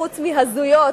חוץ מהזויות.